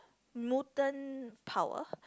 mutant power